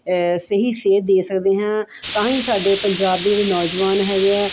ਸਹੀ ਸੇਧ ਦੇ ਸਕਦੇ ਹਾਂ ਤਾਂ ਹੀ ਸਾਡੇ ਪੰਜਾਬ ਦੇ ਜਿਹੜੇ ਨੌਜਵਾਨ ਹੈਗੇ ਹੈ